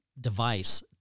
device